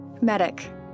Medic